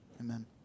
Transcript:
Amen